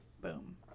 boom